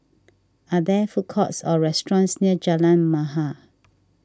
are there food courts or restaurants near Jalan Mahir